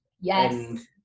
Yes